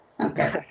Okay